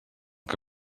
que